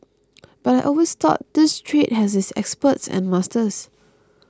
but I always thought this trade has its experts and masters